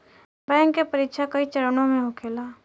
bank के परीक्षा कई चरणों में होखेला